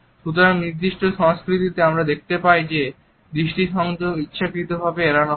সুতরাং নির্দিষ্ট সংস্কৃতিতে আমরা দেখতে পাই যে দৃষ্টি সংযোগ ইচ্ছাকৃতভাবে এড়ানো হয়